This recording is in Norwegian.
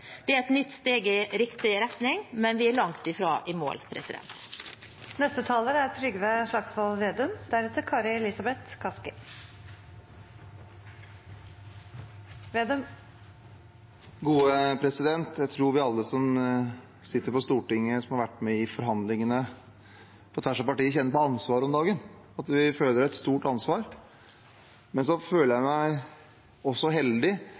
Det er et nytt steg i riktig retning, men vi er langt fra i mål. Jeg tror alle vi som sitter på Stortinget, som har vært med i forhandlingene, på tvers av partier, kjenner på ansvaret om dagen, at vi føler et stort ansvar. Jeg føler meg også heldig